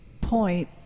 point